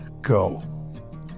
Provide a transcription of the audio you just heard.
Go